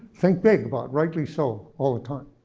think big about, rightly so, all the time.